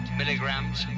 milligrams